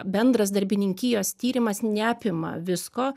bendras darbininkijos tyrimas neapima visko